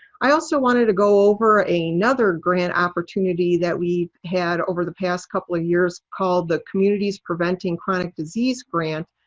i also wanted to go over another grant opportunity that we've had over the past couple of years called the communities preventing chronic disease grant.